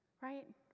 Right